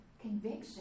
conviction